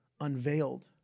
unveiled